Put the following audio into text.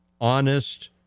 honest